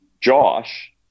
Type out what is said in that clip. Josh